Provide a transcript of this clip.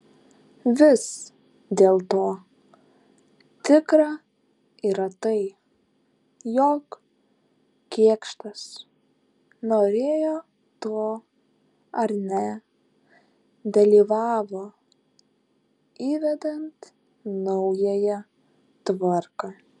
vis dėlto tikra yra tai jog kėkštas norėjo to ar ne dalyvavo įvedant naująją tvarką